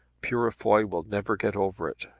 purefoy will never get over it,